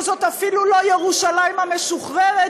וזאת אפילו לא ירושלים המשוחררת,